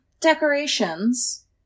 decorations